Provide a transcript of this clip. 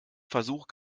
versuch